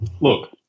look